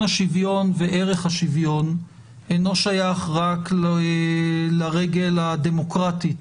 השוויון וערך השוויון אינו שייך לרגל הדמוקרטית